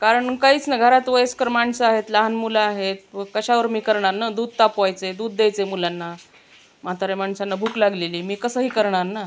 कारण काहीच ना घरात वयस्कर माणसं आहेत लहान मुलं आहेत व कशावर मी करणार ना दूध तापवायचे आहे दूध द्यायचे आहे मुलांना म्हाताऱ्या माणसांना भूक लागलेली आहे मी कसं ही करणार ना